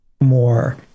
more